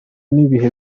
n’ibihe